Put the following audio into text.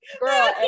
girl